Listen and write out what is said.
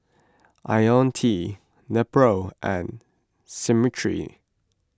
Ionil T Nepro and